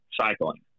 cycling